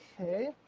Okay